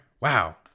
Wow